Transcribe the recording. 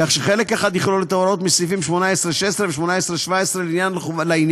כך שחלק אחד יכלול את ההוראות מסעיפים 18(16) ו-18(17) לעניין